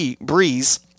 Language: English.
Breeze